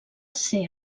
ser